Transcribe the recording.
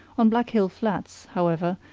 on black hill flats, however,